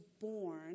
born